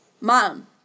Mom